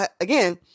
again